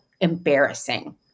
embarrassing